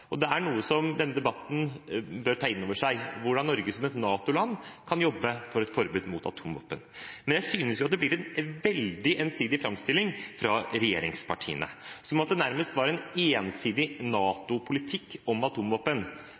og det er noe man i denne debatten bør ta inn over seg, hvordan Norge som et NATO-land kan jobbe for et forbud mot atomvåpen. Men jeg synes det blir en veldig ensidig framstilling fra regjeringspartiene, som om det nærmest er en ensidig NATO-politikk om